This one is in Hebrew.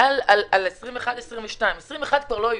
היה על 21-22. 21 כבר לא יהיו.